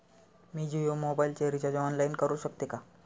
मी जियो मोबाइलचे recharge online करू शकते का?